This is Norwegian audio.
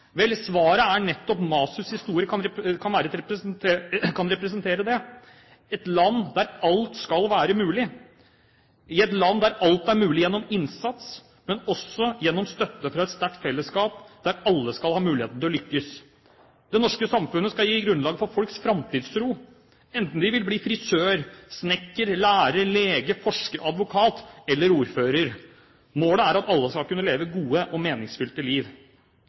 Vel, svaret er nettopp det Masuds historie representerer: et land der alt skal være mulig, et land der alt er mulig gjennom innsats, men også gjennom støtte fra et sterkt fellesskap der alle skal ha muligheten til å lykkes. Det norske samfunnet skal gi grunnlag for folks framtidstro, enten en vil bli frisør, snekker, lærer, lege, forsker, advokat eller ordfører. Målet er at alle skal kunne leve gode og meningsfylte liv.